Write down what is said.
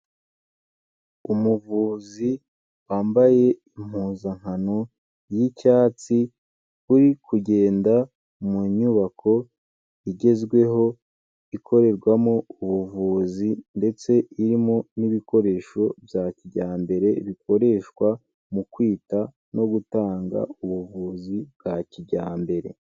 Umuvuzi wambaye impuzankano y'icyatsi, uri kugenda mu nyubako igezweho, ikorerwamo ubuvuzi, ndetse irimo n'ibikoresho bya kijyambere bikoreshwa mu kwita no gutanga ubuvuzi bwa kijyambere.